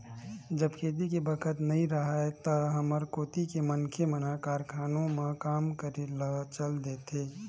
जब खेती के बखत नइ राहय त हमर कोती के मनखे मन ह कारखानों म काम करे ल चल देथे